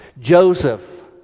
Joseph